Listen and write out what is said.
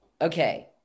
Okay